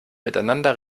miteinander